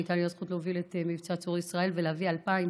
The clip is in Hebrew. הייתה לי הזכות להוביל את מבצע צור ישראל ולהביא 2,000